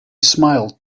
smiled